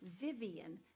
Vivian